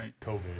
COVID